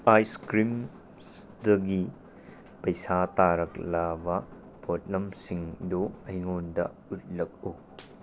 ice ꯀ꯭ꯔꯤꯝꯁꯗꯒꯤ ꯄꯩꯁꯥ ꯇꯥꯔꯛꯂꯕ ꯄꯣꯠꯂꯝꯁꯤꯡꯗꯨ ꯑꯩꯉꯣꯟꯗ ꯎꯠꯂꯛꯎ